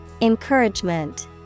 Encouragement